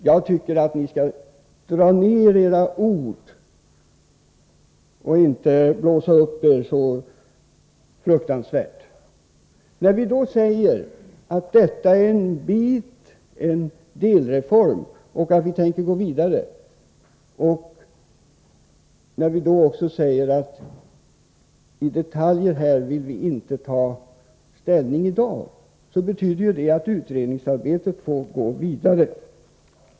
Jag tycker att ni skall dämpa ner ert ordval och inte blåsa upp er så fruktansvärt. När vi då säger att vad som nu föreslås är en delreform och att vi tänker gå vidare, och när vi också säger att i detaljer vill vi inte ta ställning i dag, betyder det ju att utredningsarbetet får gå vidare.